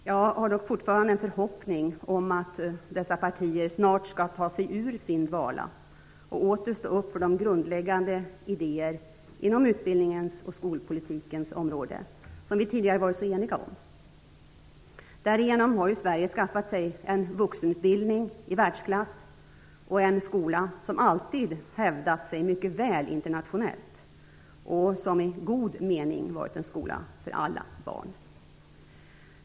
Jag har dock fortfarande en förhoppning om att dessa partier snart skall ta sig ur sin dvala och åter stå upp för de grundläggande idéer inom utbildningspolitikens och skolpolitikens områden som vi tidigare var så eniga om. Därigenom har Sverige skaffat sig en vuxenutbildning i världsklass och en skola som alltid hävdat sig mycket väl internationellt, och som i god mening har varit en skola för alla barn.